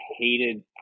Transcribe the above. hated